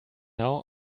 now